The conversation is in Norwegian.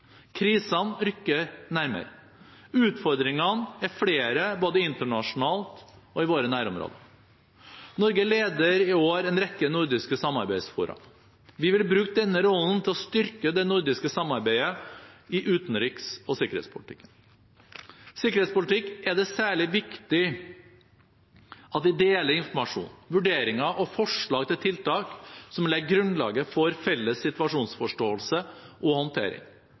Krisene rykker nærmere. Utfordringene er flere både internasjonalt og i våre nærområder. Norge leder i år en rekke nordiske samarbeidsfora. Vi vil bruke denne rollen til å styrke det nordiske samarbeidet i utenriks- og sikkerhetspolitikken. Sikkerhetspolitisk er det særlig viktig at vi deler informasjon, vurderinger og forslag til tiltak som legger grunnlaget for felles situasjonsforståelse og håndtering,